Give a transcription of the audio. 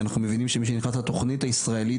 כי אנחנו מבינים שמי שנכנס לתכנית הישראלית